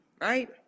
Right